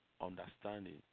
understanding